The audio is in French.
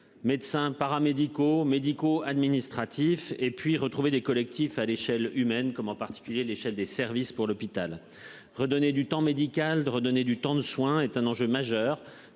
Médecins, paramédicaux médicaux administratifs et puis retrouver des collectifs à l'échelle humaine, comme en particulier les chefs des services pour l'hôpital, redonner du temps médical de redonner du temps de soins est un enjeu majeur